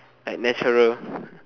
like natural